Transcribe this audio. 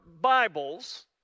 Bibles